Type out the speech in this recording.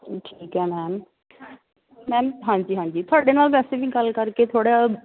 ਠੀਕ ਹੈ ma'am ma'am ਹਾਂਜੀ ਹਾਂਜੀ ਤੁਹਾਡੇ ਨਾਲ ਵੈਸੇ ਵੀ ਗੱਲ ਕਰਕੇ ਥੋੜ੍ਹਾ